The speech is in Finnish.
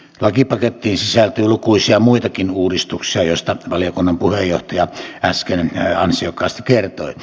lakipakettiin sisältyy lukuisia muitakin uudistuksia joista valiokunnan puheenjohtaja äsken ansiokkaasti kertoi